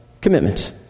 commitment